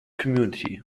community